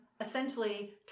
essentially